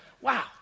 wow